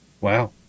Wow